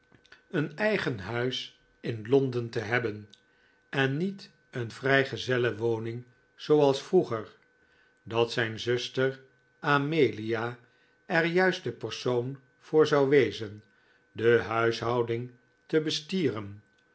een eigen huis in londen te hebben en niet een vrijgezellenwoning zooals vroeger dat zijn zuster amelia er juist de persoon voor zou wezen de huishouding te bestieren